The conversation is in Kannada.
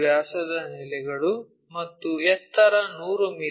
ವ್ಯಾಸದ ನೆಲೆಗಳು ಮತ್ತು ಎತ್ತರ 100 ಮಿ